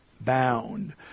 bound